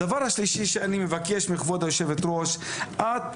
הדבר השלישי שאני מבקש מכבוד היושבת-ראש: את